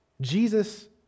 Jesus